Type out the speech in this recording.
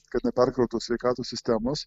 kad neperkrautų sveikatos sistemos